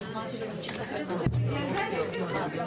11:10.